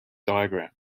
diagram